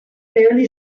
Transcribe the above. fairly